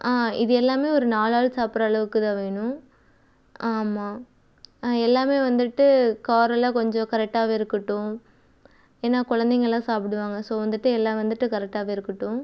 ஆ இது எல்லாமே ஒரு நாலு ஆள் சாப்பிட்ற அளவுக்கு தான் வேணும் ஆமாம் ஆ எல்லாமே வந்துவிட்டு காரம்லாம் கொஞ்சம் கரெக்டாகவே இருக்கட்டும் ஏன்னா குழந்தைங்கள்லாம் சாப்பிடுவாங்க ஸோ வந்துவிட்டு எல்லாம் வந்துவிட்டு கரெக்டாகவே இருக்கட்டும்